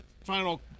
final